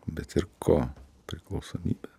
bet ir ko priklausomybė